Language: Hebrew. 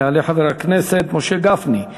יעלה חבר הכנסת משה גפני,